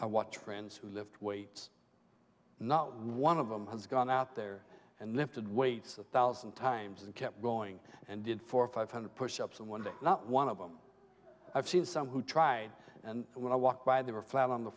i watch friends who lived weights not one of them has gone out there and lifted weights a thousand times and kept going and did four five hundred pushups in one day not one of them i've seen some who tried and when i walked by they were flat on the